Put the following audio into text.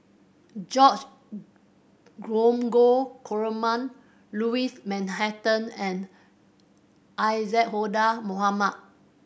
George Dromgold Coleman Louis Mountbatten and Isadhora Mohamed